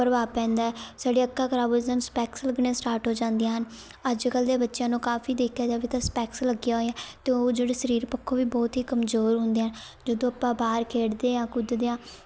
ਪ੍ਰਭਾਵ ਪੈਂਦਾ ਸਾਡੀਆਂ ਅੱਖਾਂ ਖ਼ਰਾਬ ਹੋ ਜਾਣ ਸਪੈਕਸ ਲੱਗਣੀਆਂ ਸਟਾਰਟ ਹੋ ਜਾਂਦੀਆਂ ਹਨ ਅੱਜ ਕੱਲ੍ਹ ਦੇ ਬੱਚਿਆਂ ਨੂੰ ਕਾਫ਼ੀ ਦੇਖਿਆ ਜਾਵੇ ਤਾਂ ਸਪੈਕਸ ਲੱਗੀਆਂ ਹੋਈਆਂ ਅਤੇ ਉਹ ਜਿਹੜੇ ਸਰੀਰ ਪੱਖੋਂ ਵੀ ਬਹੁਤ ਹੀ ਕਮਜ਼ੋਰ ਹੁੰਦੇ ਆਂ ਜਦੋਂ ਆਪਾਂ ਬਾਹਰ ਖੇਡਦੇ ਹਾਂ ਕੁੱਦਦੇ ਹਾਂ